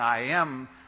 IAM